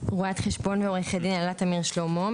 רו"ח ועו"ד אלה תמיר שלמה,